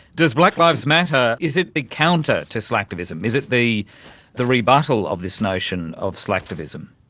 does black lives matter, is it the counter to slacktivism? is it the the rebuttal of this notion of slacktivism?